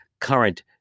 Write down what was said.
current